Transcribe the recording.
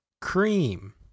Cream